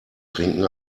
trinken